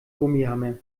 gummihammer